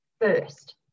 first